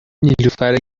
نیلوفر